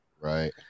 Right